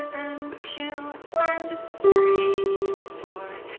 and two and three four.